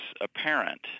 apparent